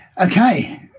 Okay